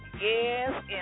Yes